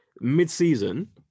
mid-season